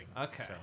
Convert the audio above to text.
Okay